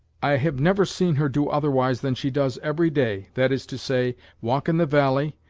i have never seen her do otherwise than she does every day, that is to say, walk in the valley,